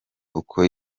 uko